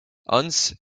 hans